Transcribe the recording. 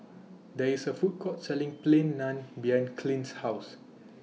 There IS A Food Court Selling Plain Naan behind Clint's House